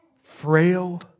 frail